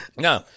No